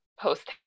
post